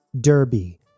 Derby